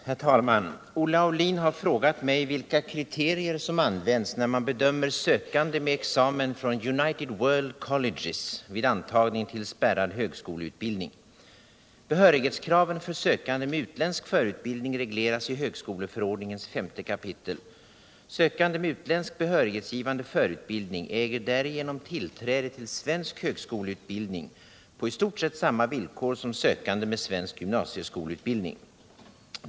Herr talman! Olle Aulin har frågat mig vilka kriterier som används, när man bedömer sökande med examen från United World Colleges vid intagning till spärrad högskoleutbildning. Behörighetskraven för sökande med utländsk förutbildning regleras i högskoleförordningens femte kapitel. Sökande med utländsk behörighetsgivande förutbildning äger därigenom tillträde till svensk högskoleutbildning på i stort sett samma villkor som sökande med svensk gymnasieskolutbildning.